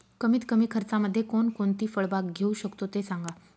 कमीत कमी खर्चामध्ये कोणकोणती फळबाग घेऊ शकतो ते सांगा